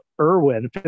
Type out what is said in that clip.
Irwin